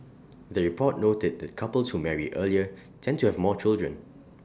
the report noted that couples who marry earlier tend to have more children